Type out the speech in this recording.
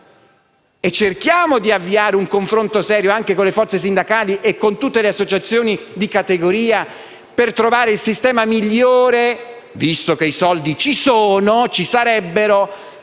Cerchiamo di avviare un confronto serio anche con le forze sindacali e con tutte le associazioni di categoria, per trovare il sistema migliore per fare meglio le cose, visto che i soldi ci sono o ci sarebbero